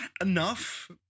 Enough